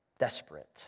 desperate